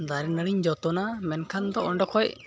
ᱫᱟᱨᱮᱼᱱᱟᱹᱲᱤᱧ ᱡᱚᱛᱚᱱᱟ ᱢᱮᱱᱠᱷᱟᱱᱫᱚ ᱚᱸᱰᱮ ᱠᱷᱚᱡ